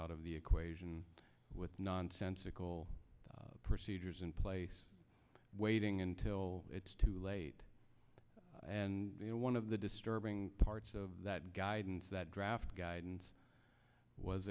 out of the equation with nonsensical procedures in place waiting until it's too late and one of the disturbing parts of that guidance that draft guidance was